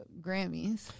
Grammys